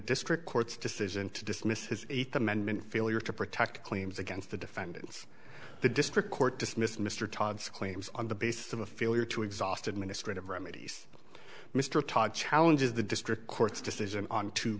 district court's decision to dismiss his eighth amendment failure to protect claims against the defendants the district court dismissed mr todd's claims on the basis of a failure to exhaust administrative remedies mr todd challenges the district court's decision on two